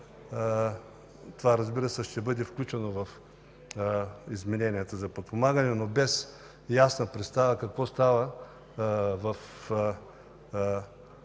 това ще бъде включено в измененията за подпомагане, но без ясна представа какво става в